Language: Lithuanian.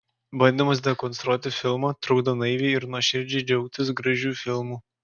bandymas dekonstruoti filmą trukdo naiviai ir nuoširdžiai džiaugtis gražiu filmu